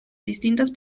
distintos